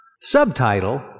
Subtitle